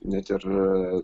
net ir